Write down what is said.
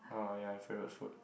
oh ya your favorite food